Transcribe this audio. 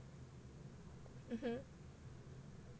mhm